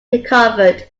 recovered